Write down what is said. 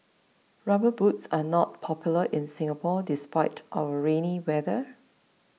rubber boots are not popular in Singapore despite our rainy weather